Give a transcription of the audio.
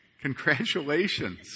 Congratulations